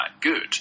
good